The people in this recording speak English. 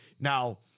Now